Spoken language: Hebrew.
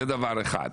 זה דבר אחד.